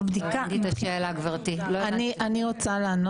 אני רוצה להבין